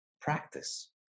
practice